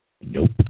Nope